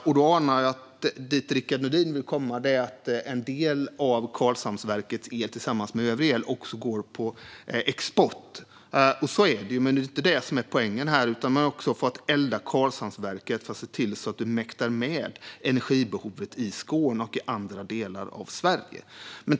Jag anar att Rickard Nordin vill komma till att en del av Karlshamnsverkets el tillsammans med övrig el också går på export. Så är det, men det är inte det som är poängen här. Man har också fått elda i Karlshamnsverket för att se till att man mäktar med energibehovet i Skåne och i andra delar av Sverige.